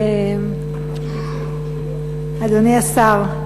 אדוני השר,